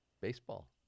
baseball